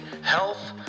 health